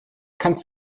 kannst